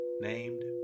named